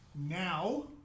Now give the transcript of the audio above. now